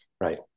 Right